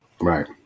Right